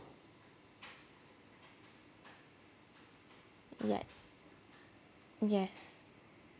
ya yes